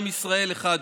עם ישראל אחד הוא.